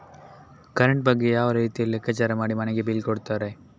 Current ಬಗ್ಗೆ ಯಾವ ರೀತಿಯಲ್ಲಿ ಲೆಕ್ಕಚಾರ ಮಾಡಿ ಮನೆಗೆ ಬಿಲ್ ಕೊಡುತ್ತಾರೆ?